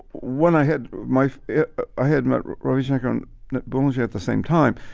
when i had my i had met ravi shankar at boogy at the same time,